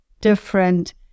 different